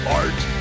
art